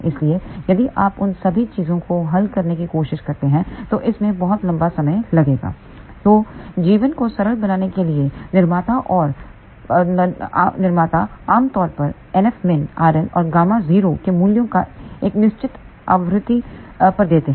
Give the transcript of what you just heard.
इसलिए यदि आप उन सभी चीजों को हल करने की कोशिश करते हैं तो इसमें बहुत लंबा समय लगेगा तो जीवन को सरल बनाने के लिए निर्माता आम तौर पर NFmin rn और Γ0 के मूल्यों को एक निश्चित आवृत्ति पर देते हैं